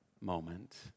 moment